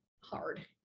hard